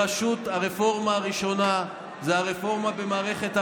והרפורמה הראשונה זו הרפורמה במערכת המשפט,